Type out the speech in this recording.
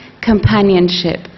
companionship